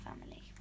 family